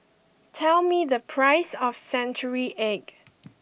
tell me the price of Century Egg